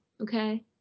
Okay